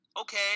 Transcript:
okay